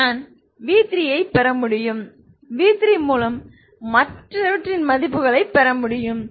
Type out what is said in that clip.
நான் v3 ஐப் பெற முடியும் v3 மூலம் மற்றவற்றை பெற முடியும்